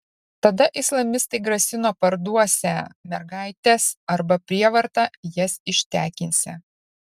tada islamistai grasino parduosią mergaites arba prievarta jas ištekinsią